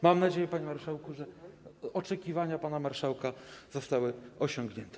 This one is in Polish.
Mam nadzieję, panie marszałku, że oczekiwania pana marszałka zostały spełnione.